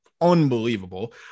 unbelievable